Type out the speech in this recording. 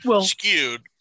skewed